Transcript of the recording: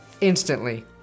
instantly